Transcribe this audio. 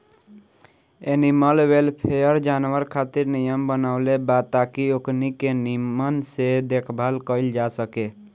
animal welfare, जानवर खातिर नियम बनवले बा ताकि ओकनी के निमन से देखभाल कईल जा सके